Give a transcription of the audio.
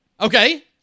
Okay